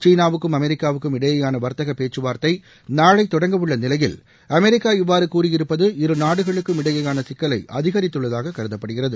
சீனாவுக்கும் அமெரிக்காவுக்கும் இடையேயாள வர்த்தக பேச்கவார்த்தை நாளை தொடங்கவுள்ள நிலையில் அமெரிக்கா இவ்வாறு கூறியிருப்பது இருநாடுகளுக்குமிடையேயான சிக்கலை அதிகரித்துள்ளதாக கருதப்படுகிறது